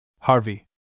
Harvey